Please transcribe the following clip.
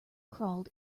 crawled